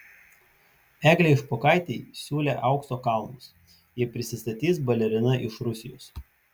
eglei špokaitei siūlė aukso kalnus jei prisistatys balerina iš rusijos